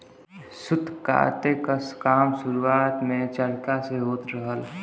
सूत काते क काम शुरुआत में चरखा से होत रहल